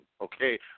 okay